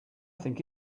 think